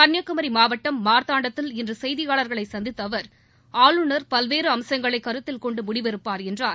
கன்னியாகுமரி மாவட்டம் மார்த்தாண்டத்தில் இன்று செய்தியாளர்களை சந்தித்த அவர் ஆளுநர் பல்வேறு அம்சங்களை கருத்தில் கொண்டு முடிவெடுப்பார் என்றார்